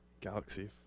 Galaxy